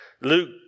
Luke